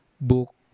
Book